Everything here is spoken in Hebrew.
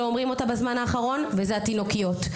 לא אומרים אותה בזמן האחרון וזה התינוקיות.